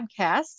podcast